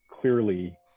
clearly